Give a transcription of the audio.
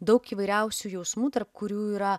daug įvairiausių jausmų tarp kurių yra